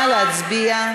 נא להצביע.